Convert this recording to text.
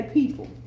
people